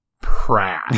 Pratt